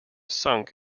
sunk